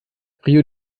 rio